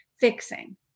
fixing